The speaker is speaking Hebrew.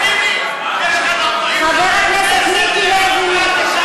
תגידי, יש כאן 40 חברי כנסת, איך קלטת את השם שלי?